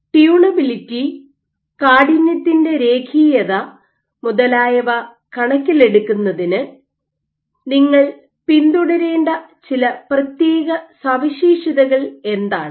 tunability കാഠിന്യത്തിന്റെ രേഖീയത മുതലായവ കണക്കിലെടുക്കുന്നതിന് നിങ്ങൾ പിന്തുടരേണ്ട ചില പ്രത്യേക സവിശേഷതകൾ എന്താണ്